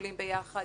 אוכלים ביחד,